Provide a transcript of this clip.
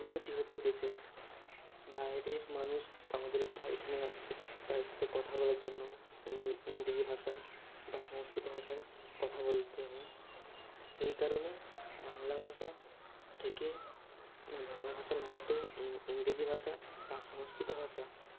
উন্নতি হচ্ছে দেশের বাইরের মানুষ আমাদের এখানে আসছে তাদের সাথে কথা বলার জন্য ইংরেজি ভাষা বা সংস্কৃত ভাষায় কথা বলতে হয় সেই কারণে বাংলা ভাষা থেকে বাংলা ভাষার মতো ইংরেজি ভাষা বা সংস্কৃত ভাষা